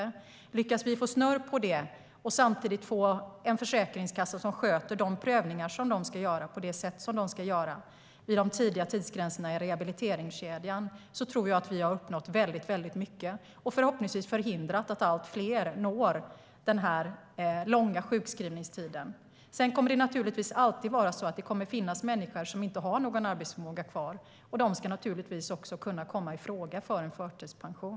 Om vi lyckas få snurr på detta och samtidigt få en försäkringskassa som sköter prövningarna på det sätt som de ska göras vid de tidiga tidsgränserna i rehabiliteringskedjan har vi uppnått mycket. Förhoppningsvis kan vi förhindra att allt fler kommer upp i den långa sjukskrivningstiden. Det kommer naturligtvis alltid att finnas människor som inte har någon arbetsförmåga kvar, och de ska naturligtvis komma i fråga för förtidspension.